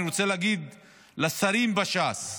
אני רוצה להגיד לשרים בש"ס: